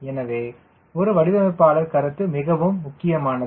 எனவே ஒரு வடிவமைப்பாளர் கருத்து மிகவும் முக்கியமானது